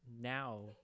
now